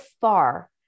far